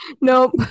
nope